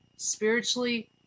spiritually